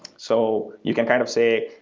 so you can kind of say,